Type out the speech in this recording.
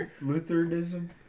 Lutheranism